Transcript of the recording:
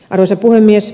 arvoisa puhemies